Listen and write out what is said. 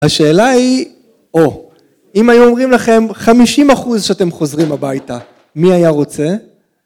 השאלה היא, או! אם היום אומרים לכם 50 אחוז שאתם חוזרים הביתה, מי היה רוצה?